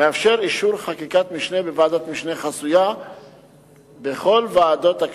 מאפשר אישור חקיקת משנה בוועדת משנה חסויה בכל ועדות הכנסת,